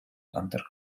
under